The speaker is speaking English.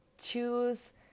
choose